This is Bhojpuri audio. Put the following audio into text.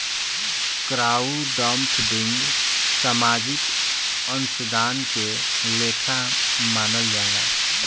क्राउडफंडिंग सामाजिक अंशदान के लेखा मानल जाला